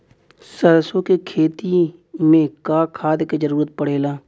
सरसो के खेती में का खाद क जरूरत पड़ेला?